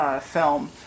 film